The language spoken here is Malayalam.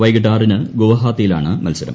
വൈകിട്ട് ആറിന് ഗുവാഹത്തിയിലാണ് മത്സരം